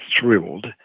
thrilled